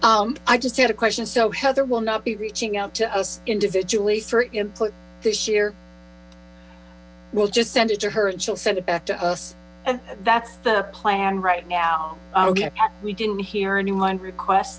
vincent i just had a question so heather will not be reaching out to us individually for input this year we'll just send it to her and she'll send it back to us that's the plan right now ok we didn't hear anyone request